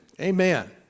Amen